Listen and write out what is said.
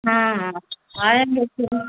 हाँ आएंगे फिर